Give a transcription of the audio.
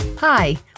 Hi